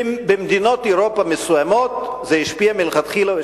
במדינות אירופה מסוימות זה השפיע מלכתחילה.